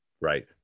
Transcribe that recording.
Right